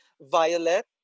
Violet